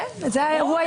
ימניים, זה שפשוט